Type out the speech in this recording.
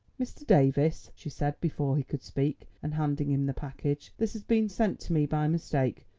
mr. davies, she said before he could speak, and handing him the package, this has been sent to me by mistake.